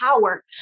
power